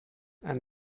and